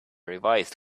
revised